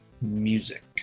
music